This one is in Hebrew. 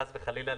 חס וחלילה,